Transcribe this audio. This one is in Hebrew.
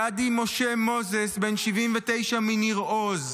גדי משה מוזס, בן 79, מניר עוז,